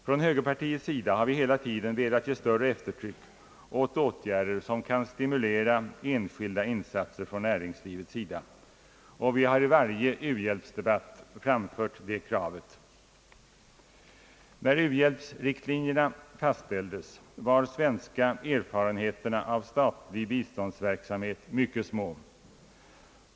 Från högerpartiets sida har vi hela tiden velat ge större eftertryck åt åtgärder som kan stimulera enskilda insatser från näringslivet, och vi har i varje u-hjälpsdebatt framfört det kravet. När u-hjälpsriktlinjerna fastställdes var de svenska erfarenheterna av statlig biståndsverksamhet mycket små.